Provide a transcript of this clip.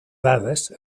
dades